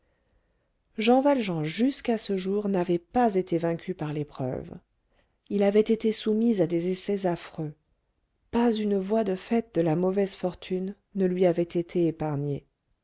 jean valjean jusqu'à ce jour n'avait pas été vaincu par l'épreuve il avait été soumis à des essais affreux pas une voie de fait de la mauvaise fortune ne lui avait été épargnée